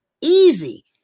easy